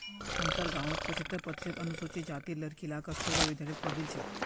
हमसार गांउत पछहत्तर प्रतिशत अनुसूचित जातीर लड़कि ला कस्तूरबा विद्यालय स पढ़ील छेक